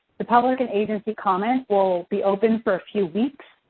the public and agency comment will be open for a few weeks,